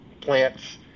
plants